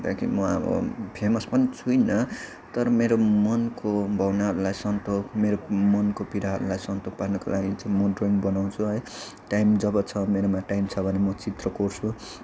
म अब फेमस पनि छुइनँ तर मेरो मनको भावनाहरूलाई सन्तोक मेरो मनको पीडाहरूलाई सन्तोक पार्नको लागि चाहिँ म ड्रइङ बनाउँछु है टाइम जब छ मेरोमा टाइम छ भने म चित्र कोर्छु